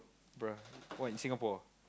bro what in Singapore